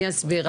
אני אסביר לך.